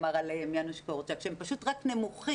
אמר עליהם יאנוש קורצ'אק שהם פשוט רק נמוכים,